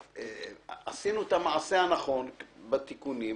עשינו את המעשה הנכון בתיקונים,